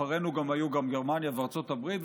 אחרינו היו גם גרמניה וארצות הברית,